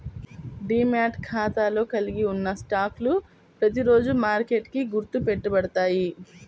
demat ఖాతాలో కలిగి ఉన్న స్టాక్లు ప్రతిరోజూ మార్కెట్కి గుర్తు పెట్టబడతాయి